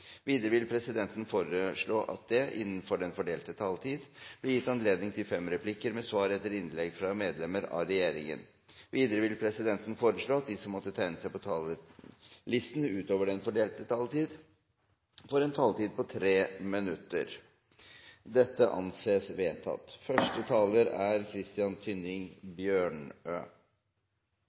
Videre vil presidenten foreslå at det blir gitt anledning til fem replikker med svar etter innlegg fra medlemmer av regjeringen innenfor den fordelte taletiden. Videre vil presidenten foreslå at de som måtte tegne seg på talerlisten utover den fordelte taletid, får en taletid på inntil 3 minutter. – Det anses vedtatt.